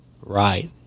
Right